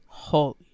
holy